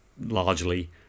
largely